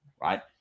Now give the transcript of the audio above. right